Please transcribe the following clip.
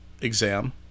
exam